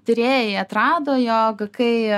tyrėjai atrado jog kai